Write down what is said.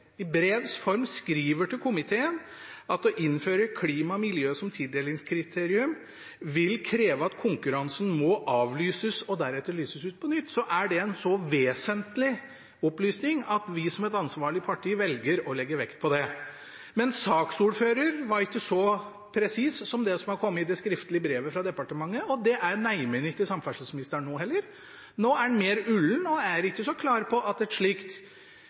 tildelingskriterium vil kreve at konkurransen må avlyses og deretter lyses ut på nytt, er det en så vesentlig opplysning at vi som et ansvarlig parti velger å legge vekt på det. Saksordføreren var ikke så presis som det som har kommet i det skriftlige brevet fra departementet, og nå er neimen ikke samferdselsministeren det, heller. Nå er han mer ullen og ikke så klar på at et slikt